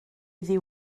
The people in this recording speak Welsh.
iddi